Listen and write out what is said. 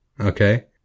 Okay